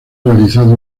realizado